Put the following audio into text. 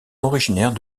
originaire